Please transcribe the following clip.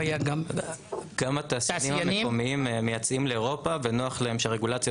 גם התעשיינים המקומיים מייצאים לאירופה ונוח להם שהרגולציה